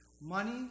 Money